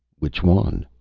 which one?